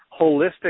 holistic